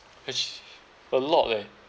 it's a lot leh